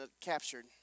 captured